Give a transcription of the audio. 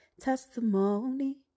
testimony